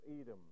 Edom